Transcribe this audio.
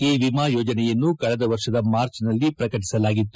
ಈ ವಿಮಾ ಯೋಜನೆಯನ್ನು ಕಳೆದ ವರ್ಷದ ಮಾರ್ಚ್ನಲ್ಲಿ ಪ್ರಕಟಿಸಲಾಗಿತ್ತು